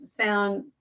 found